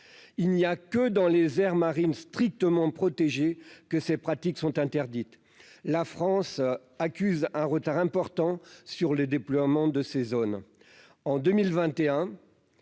il n'y a que dans les aires marines strictement que ces pratiques sont interdites, la France accuse un retard important sur le déploiement de ces zones